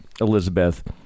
Elizabeth